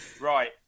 Right